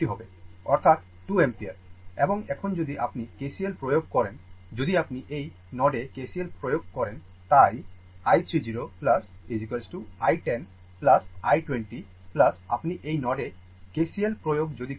অর্থাৎ 2 অ্যাম্পিয়ার এবং এখন যদি আপনি KCL প্রয়োগ করেন যদি আপনি এই নোডে KCL প্রয়োগ করেন তাই i3 0 i10 i20 আপনি এই নোডে কেসিএল প্রয়োগ যদি করেন